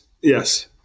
Yes